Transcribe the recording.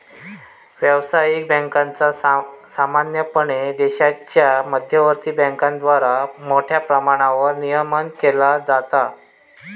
व्यावसायिक बँकांचा सामान्यपणे देशाच्या मध्यवर्ती बँकेद्वारा मोठ्या प्रमाणावर नियमन केला जाता